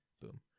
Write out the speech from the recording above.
boom